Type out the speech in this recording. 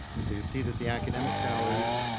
so you see that the academic salaries,